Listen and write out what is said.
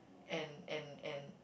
and and and